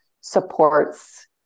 supports